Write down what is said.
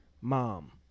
mom